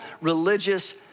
religious